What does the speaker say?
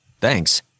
Thanks